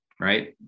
right